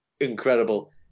incredible